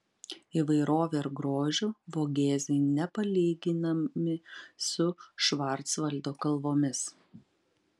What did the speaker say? įvairove ir grožiu vogėzai nepalyginami su švarcvaldo kalvomis